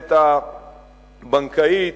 למערכת הבנקאית,